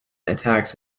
attacks